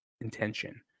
Intention